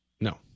No